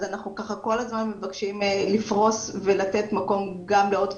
אנחנו כל הזמן מבקשים לפרוס ולתת מקום גם לעוד קבוצות,